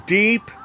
deep